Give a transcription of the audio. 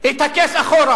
את ה-case אחורה.